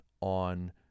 on